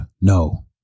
no